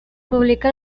publica